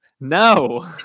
No